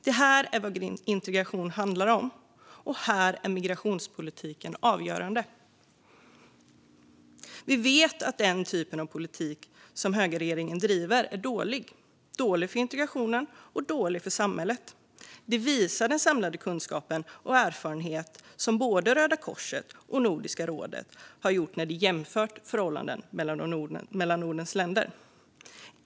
Det här är vad integration handlar om, och här är migrationspolitiken avgörande. Vi vet att den typ av politik som högerregeringen driver är dålig - dålig för integrationen och dålig för samhället. Det visar den samlade kunskapen och erfarenheten som både Röda Korset och Nordiska ministerrådet har gjort när de har jämfört förhållanden i Nordens länder.